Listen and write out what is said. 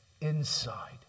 inside